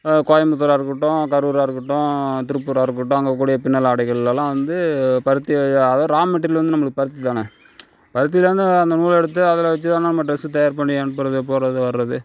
கோயம்புத்தூரா இருக்கட்டும் கருராக இருக்கட்டும் திருப்பூராக இருக்கட்டும் அங்கே கூடிய பின்னல் ஆடைகளலாம் வந்து பருத்தி அதான் ரா மெட்டீரியல் வந்து நம்மளுக்கு பருத்தி தானே பருத்தி தானே அந்த நூலை எடுத்து அதில் வச்சு நம்ம ட்ரெஸு தயார் பண்ணி அனுப்புறது போகிறது வரது